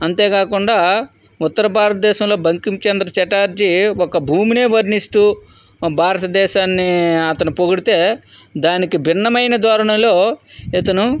అంతేకాకుండా ఉత్తర భారత దేశంలో బంకించంద్ర ఛటర్జీ ఒక భూమినే వర్ణిస్తూ భారత దేశాన్ని అతను పొగిడితే దానికి భిన్నమైన ధోరణలో ఇతను